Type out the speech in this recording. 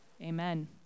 Amen